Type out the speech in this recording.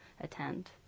attend